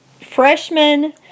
freshman